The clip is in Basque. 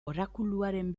orakuluaren